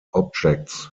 objects